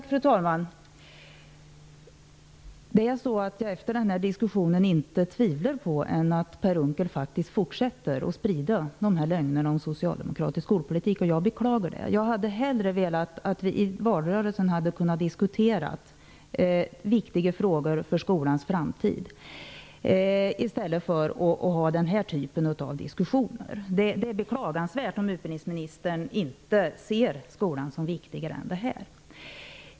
Fru talman! Tack. Efter denna diskussion tvivlar jag inte på att Per Unckel fortsätter att sprida dessa lögner om socialdemokratisk skolpolitik, och jag beklagar det. Jag hade hellre velat att vi i valrörelsen hade kunnat diskutera viktiga frågor för skolans framtid i stället för att ha den här typen av diskussioner. Det är beklagansvärt om utbildningsministern inte ser skolan som viktigare än så.